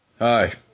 Hi